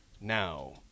now